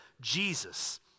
Jesus